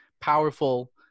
powerful